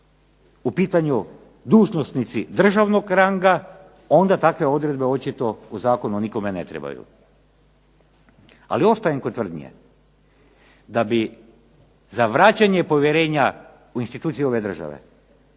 u pitanju dužnosnici državnog ranga, onda takve odredbe očito u zakonu nikome ne trebaju. Ali ostajem kod tvrdnje da bi za vraćanje povjerenje institucije ove države,